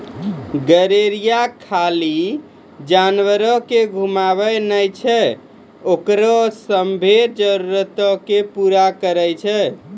गरेरिया खाली जानवरो के घुमाबै नै छै ओकरो सभ्भे जरुरतो के पूरा करै छै